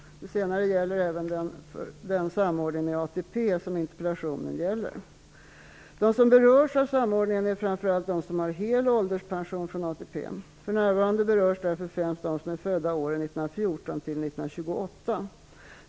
Det senare gäller även för den samordning med ATP som interpellationen avser. De som berörs av samordningen är framför allt de som har hel ålderspension från ATP. För närvarande berörs därför främst de som är födda åren 1914-1928.